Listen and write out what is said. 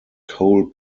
coal